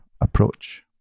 approach